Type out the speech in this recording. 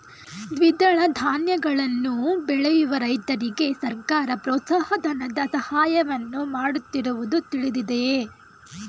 ದ್ವಿದಳ ಧಾನ್ಯಗಳನ್ನು ಬೆಳೆಯುವ ರೈತರಿಗೆ ಸರ್ಕಾರ ಪ್ರೋತ್ಸಾಹ ಧನದ ಸಹಾಯವನ್ನು ಮಾಡುತ್ತಿರುವುದು ತಿಳಿದಿದೆಯೇ?